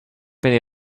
been